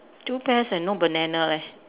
two pears and no banana leh